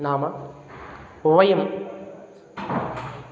नाम वयं